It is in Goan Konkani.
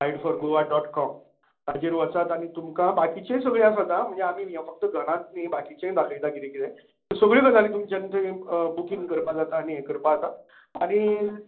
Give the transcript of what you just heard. guide for Goa dot com ताचेर वचात आनी तुमका बाकिचोय सगळ्यो आसात आं म्हणजे आमी घरांत नी बाकिचेंय दाखयता कितें कितें त्यो सगळ्यो गजाली तुमच्यानी थंय बुकींग करपा जाता आनी हे करपा जाता आनी